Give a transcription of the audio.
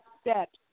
steps